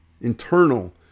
internal